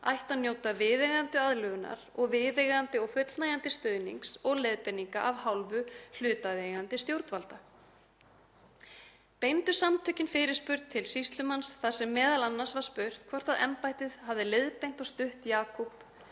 ætti að njóta viðeigandi aðlögunar og viðeigandi og fullnægjandi stuðnings og leiðbeininga af hálfu hlutaðeigandi stjórnvalda. Beindu samtökin fyrirspurn til sýslumanns þar sem m.a. var spurt hvort embættið hefði leiðbeint og stutt Jakub,